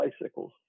bicycles